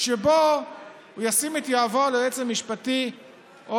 שבו הוא ישים את יהבו על היועץ המשפטי או